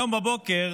היום בבוקר